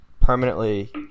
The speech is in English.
permanently